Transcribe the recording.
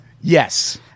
Yes